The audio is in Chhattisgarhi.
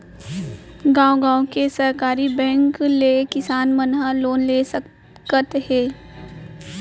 गॉंव गॉंव के सहकारी बेंक ले किसान मन लोन ले सकत हे